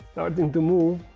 starting to move.